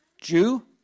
Jew